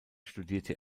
studierte